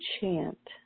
chant